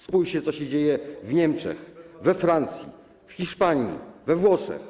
Spójrzcie, co się dzieje w Niemczech, we Francji, w Hiszpanii, we Włoszech.